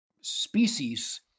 species